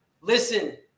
listen